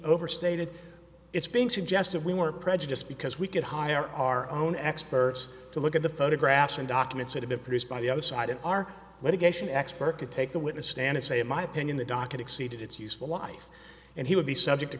overstated it's being suggested we were prejudiced because we could hire our own experts to look at the photographs and documents that have been produced by the other side of our litigation expert could take the witness stand and say in my opinion the docket exceeded its useful life and he would be subject to